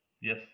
Yes